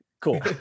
cool